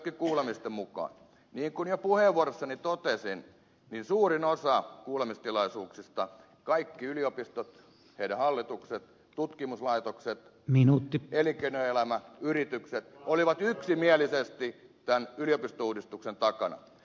niin kuin jo puheenvuorossani totesin suurin osa kuulemistilaisuuksista kaikki yliopistot niiden hallitukset tutkimuslaitokset elinkeinoelämä yritykset olivat yksimielisesti tämän yliopistouudistuksen takana